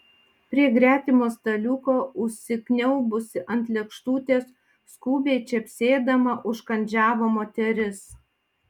prie gretimo staliuko užsikniaubusi ant lėkštutės skubiai čepsėdama užkandžiavo moteris